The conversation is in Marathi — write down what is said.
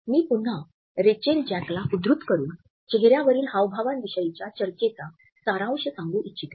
मी पुन्हा रेचेल जॅकला उद्धृत करून चेहर्यावरील हावभावांविषयीच्या चर्चेचा सारांश सांगू इच्छिते